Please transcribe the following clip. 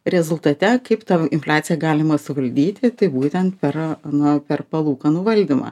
rezultate kaip tą infliaciją galima suvaldyti tai būtent per na per palūkanų valdymą